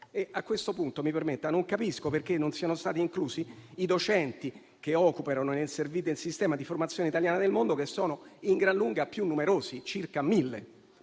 mi permetta di dire che non capisco perché non siano stati inclusi i docenti che operano nel sistema di formazione italiana nel mondo, che sono di gran lunga più numerosi (circa 1.000).